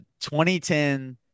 2010